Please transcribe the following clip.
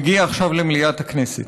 מגיע עכשיו למליאת הכנסת.